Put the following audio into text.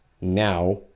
now